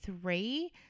three